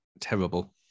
terrible